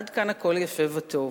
עד כאן הכול יפה וטוב,